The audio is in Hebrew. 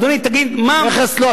אדוני, תגיד מה, מכס, לא.